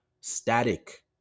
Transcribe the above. static